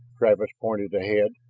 travis pointed ahead.